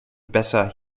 besser